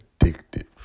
Addicted